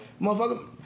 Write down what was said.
Motherfucker